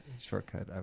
shortcut